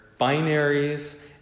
binaries